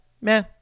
meh